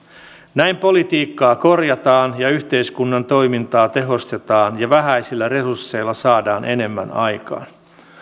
näin politiikkaa korjataan ja yhteiskunnan toimintaa tehostetaan ja vähäisillä resursseilla saadaan enemmän aikaan